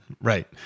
right